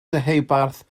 deheubarth